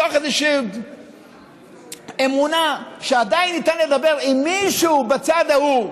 מתוך איזושהי אמונה שעדיין ניתן לדבר עם מישהו בצד ההוא,